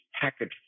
package